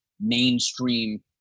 mainstream